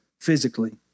physically